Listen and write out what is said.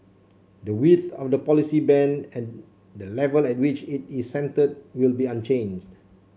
the width of the policy band and the level at which it is centred will be unchanged